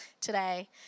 today